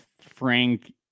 Frank